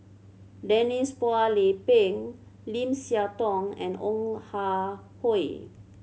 Denise Phua Lay Peng Lim Siah Tong and Ong Ah Hoi